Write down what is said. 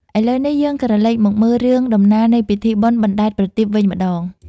ឥឡូវនេះយើងក្រឡេកមកមើលរឿងដំណាលនៃពិធីបុណ្យបណ្ដែតប្រទីបវិញម្តង។